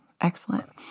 Excellent